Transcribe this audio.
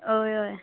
अय अय